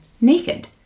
naked